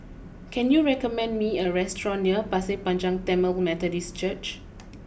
can you recommend me a restaurant near Pasir Panjang Tamil Methodist Church